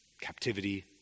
captivity